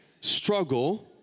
struggle